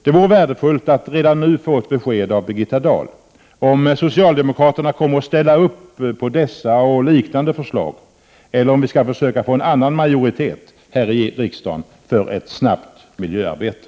Det vore värdefullt att redan nu få ett besked från Birgitta Dahl om socialdemokraterna kommer att ställa upp på dessa och liknande förslag eller om vi skall försöka få en annan majoritet här i riksdagen för ett snabbt miljöarbete.